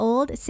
Old